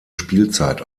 spielzeit